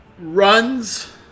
runs